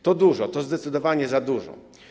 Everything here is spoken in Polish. To dużo, to zdecydowanie za dużo.